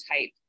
type